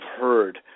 heard